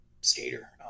skater